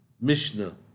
Mishnah